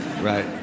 right